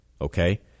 Okay